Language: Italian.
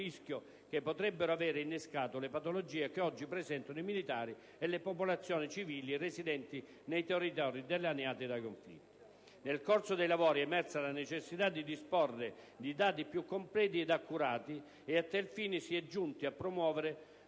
rischio che potrebbero avere innescato le patologie che oggi presentano i militari e le popolazioni civili residenti nei territori dilaniati dai conflitti. Nel corso dei lavori è emersa la necessità di disporre di dati più completi ed accurati, e a tal fine si è giunti a promuovere